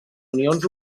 unions